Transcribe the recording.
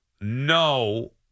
No